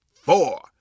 four